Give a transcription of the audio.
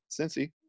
Cincy